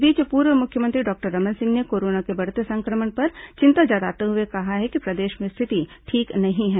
इस बीच पूर्व मुख्यमंत्री डॉक्टर रमन सिंह ने कोरोना के बढ़ते संक्रमण पर चिंता जताते हुए कहा है कि प्रदेश में स्थिति ठीक नहीं है